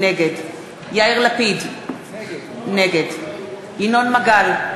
נגד יאיר לפיד, נגד ינון מגל,